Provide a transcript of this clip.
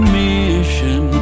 mission